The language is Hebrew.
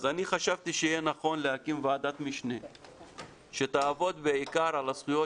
אז אני חשבתי שיהיה נכון להקים ועדת משנה שתעבוד בעיקר על הזכויות